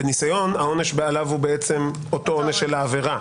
ועל ניסיון העונש הוא אותו עונש של העבירה,